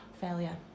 Failure